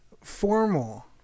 formal